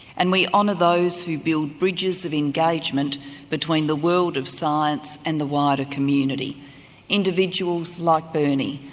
and we honour those who build bridges of engagement between the world of science and the wider community individuals like bernie,